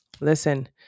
listen